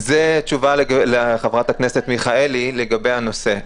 זאת תשובה לחברת הכנסת מיכאלי לגבי הנושא.